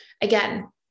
again